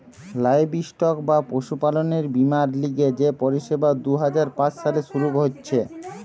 livestock বা পশুপালনের বীমার লিগে যে পরিষেবা দুই হাজার পাঁচ সালে শুরু হিছে